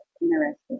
interested